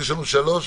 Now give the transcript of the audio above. של למעלה משעה,